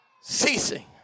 ceasing